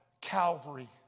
Calvary